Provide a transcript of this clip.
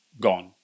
gone